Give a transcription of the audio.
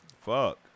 Fuck